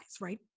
right